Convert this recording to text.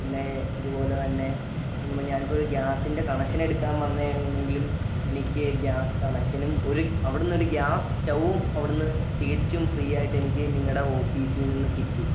പിന്നെ ഇതുപോലെ തന്നെ ഞാൻ ഇപ്പം ഒരു ഗ്യാസിൻ്റെ കണക്ഷൻ എടുക്കാൻ വന്നതാണെങ്കിലും എനിക്ക് ഗ്യാസ് കണക്ഷനും ഒരു അവിടുന്നൊരു ഗ്യാസ് സ്റ്റവും അവിടുന്ന് തികച്ചും ഫ്രീ ആയിട്ടെനിക്ക് നിങ്ങളുടെ ഓഫീസിൽ നിന്ന് കിട്ടി